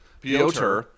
Piotr